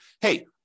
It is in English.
hey